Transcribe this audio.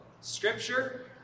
Scripture